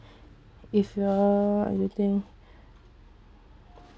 if you're anything